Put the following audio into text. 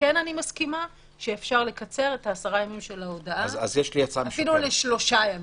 כן אני מסכימה שאפשר לקצר את עשרת הימים של ההודעה אפילו לשלושה ימים.